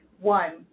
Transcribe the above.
one